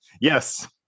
yes